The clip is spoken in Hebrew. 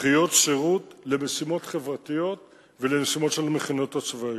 דחיות שירות למשימות חברתיות ולמשימות של המכינות הצבאיות,